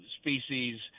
species